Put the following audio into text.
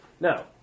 Now